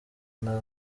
nta